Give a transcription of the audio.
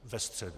Ve středu.